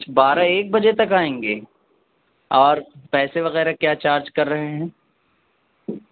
بارہ ایک بجے تک آئیں گے اور پیسے وغیرہ کیا چارج کر رہے ہیں